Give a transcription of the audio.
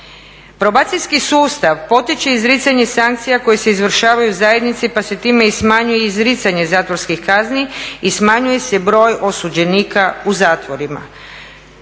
Probacijski sustav potiče izricanje sankcija koji se izvršavaju zajednici, pa se time i smanjuje izricanje zatvorskih kazni i smanjuje se broj osuđenika u zatvorima.